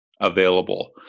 available